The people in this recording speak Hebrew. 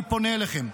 אני פונה אליכם,